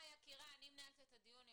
מנהלת את הדיון.